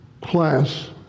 class